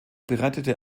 bereitete